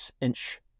inch